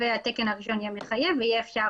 והתקן הראשון יהיה מחייב ויהיה אפשר